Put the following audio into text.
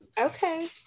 okay